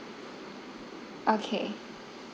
okay